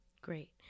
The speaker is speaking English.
Great